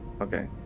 Okay